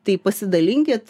tai pasidalinkit